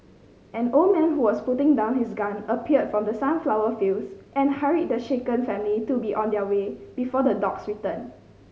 an old man who was putting down his gun appeared from the sunflower fields and hurried the shaken family to be on their way before the dogs return